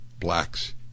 blacks